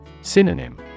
Synonym